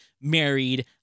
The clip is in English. married